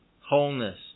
Wholeness